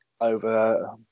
over